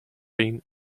been